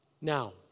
Now